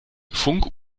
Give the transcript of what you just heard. funk